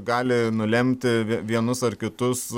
gali nulemti vienus ar kitus